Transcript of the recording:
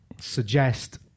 suggest